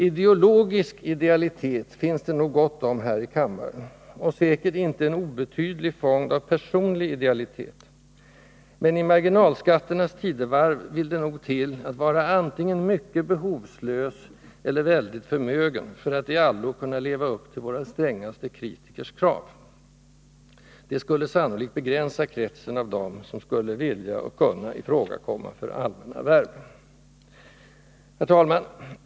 Ideologisk idealitet finns det nog gott om här i kammaren, och säkert en inte obetydlig fond av personlig idealitet, men i marginalskatternas tidevarv vill det nog till att man antingen är mycket behovslös eller väldigt förmögen för att i allo kunna leva upp till våra strängaste kritikers krav. Det skulle sannolikt begränsa kretsen av dem som skulle vilja och kunna ifrågakomma för allmänna värv. Herr talman!